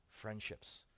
friendships